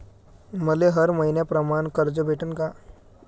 मले हर मईन्याप्रमाणं कर्ज भेटन का?